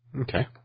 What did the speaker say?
Okay